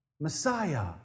Messiah